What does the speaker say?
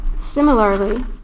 Similarly